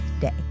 day